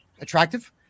attractive